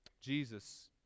Jesus